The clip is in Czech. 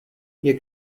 jak